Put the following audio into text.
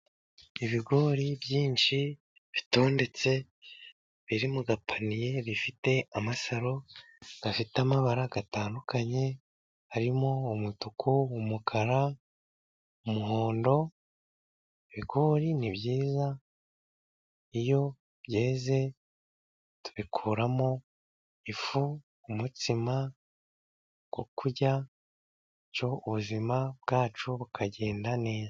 Ibigori byinshi bitondetse biri mu gapaniye, bifite amasaro afite amabara atandukanye. Harimo umutuku, umukara, umuhondo. Ibigori ni byiza. Iyo byeze tubikuramo ifu, umutsima wo kurya, ubuzima bwacu bukagenda neza.